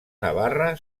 navarra